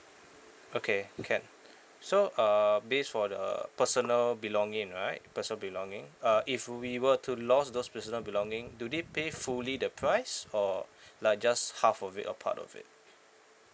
okay can so err based for the personal belonging right personal belonging uh if we were to lost those personal belonging do they pay fully the price or like just half of it or part of it